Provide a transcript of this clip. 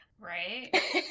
right